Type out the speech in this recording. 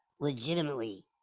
legitimately